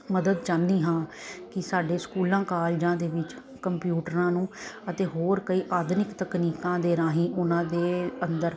ਮਦਦ ਚਾਹੁੰਦੀ ਹਾਂ ਕਿ ਸਾਡੇ ਸਕੂਲਾਂ ਕਾਲਜਾਂ ਦੇ ਵਿੱਚ ਕੰਪਿਊਟਰਾਂ ਨੂੰ ਅਤੇ ਹੋਰ ਕਈ ਆਧੁਨਿਕ ਤਕਨੀਕਾਂ ਦੇ ਰਾਹੀਂ ਉਨ੍ਹਾਂ ਦੇ ਅੰਦਰ